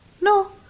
No